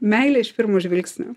meilė iš pirmo žvilgsnio